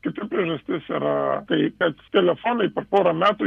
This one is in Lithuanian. kita priežastis yra tai kad telefonai per porą metų